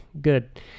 Good